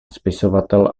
spisovatel